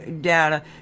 data